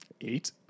eight